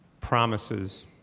promises